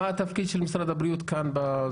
מה התפקיד של משרד הבריאות כאן?